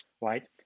right